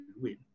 win